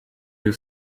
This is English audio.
you